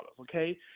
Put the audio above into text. Okay